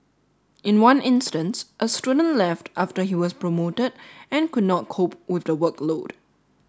in one instance a student left after he was promoted and could not cope with the workload